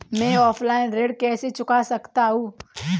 मैं ऑफलाइन ऋण कैसे चुका सकता हूँ?